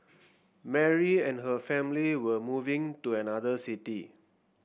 Mary and her family were moving to another city